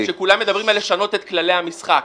-- שכולם מדברים על לשנות את כללי המשחק,